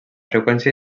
freqüència